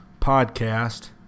Podcast